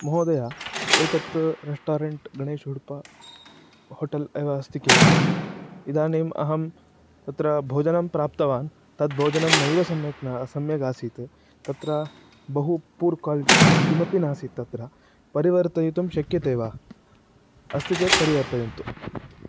महोदय एतद् तु रेश्टोरेन्ट् गणेशः हुडुप होटेल् एव अस्ति किल इदानीम् अहं तत्र भोजनं प्राप्तवान् तद् भोजनं नैव सम्यक् न सम्यगासीत् तत्र बहु पूर् क्वालिटि किमपि नासीत् तत्र परिवर्तयितुं शक्यते वा अस्ति चेत् परिवर्तयन्तु